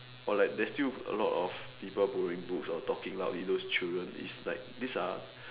or like there's still a lot of people borrowing books or talking loudly those children is like these are